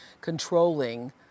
controlling